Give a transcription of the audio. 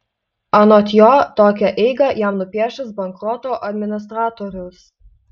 anot jo tokią eigą jam nupiešęs bankroto administratorius